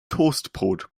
toastbrot